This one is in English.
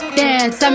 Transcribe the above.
dance